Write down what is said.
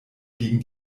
gegen